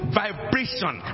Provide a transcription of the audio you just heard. vibration